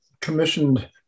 commissioned